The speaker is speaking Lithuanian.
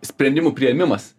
sprendimų priėmimas